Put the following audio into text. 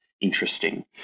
interesting